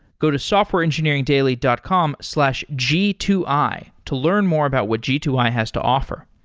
go to softwareengineeringdaily dot com slash g two i to learn more about what g two i has to offer.